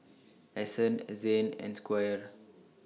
Ason A Zane and Squire